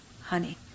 honey